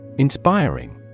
Inspiring